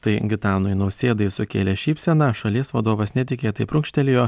tai gitanui nausėdai sukėlė šypseną šalies vadovas netikėtai prunkštelėjo